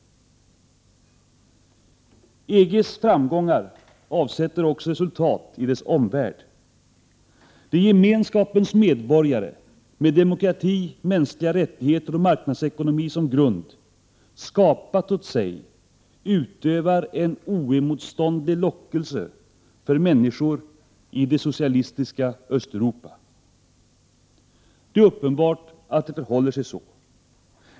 EG:s framgångar avsätter också resultat i dess omvärld. Det Gemenskapens medborgare med demokrati, mänskliga rättigheter och marknadsekonomi som grund skapat åt sig utövar en oemotståndlig lockelse för människorna i det socialistiska Östeuropa. Det är uppenbart att det förhåller sig så.